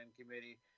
Committee